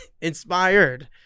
inspired